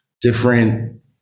different